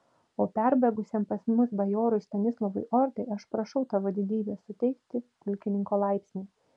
o perbėgusiam pas mus bajorui stanislovui ordai aš prašau tavo didybe suteikti pulkininko laipsnį